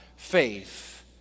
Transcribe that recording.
Faith